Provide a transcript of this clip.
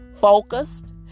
focused